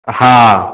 हाँ